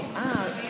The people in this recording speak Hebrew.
אה,